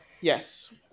Yes